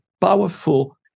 powerful